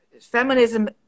feminism